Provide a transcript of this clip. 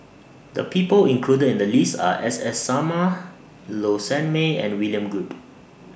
The People included in The list Are S S Sarma Low Sanmay and William Goode